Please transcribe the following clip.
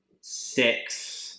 Six